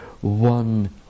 one